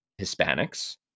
Hispanics